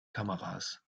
kameras